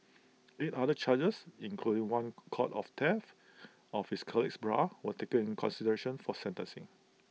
eight other charges including one count of theft of his colleague's bra were taken in consideration for sentencing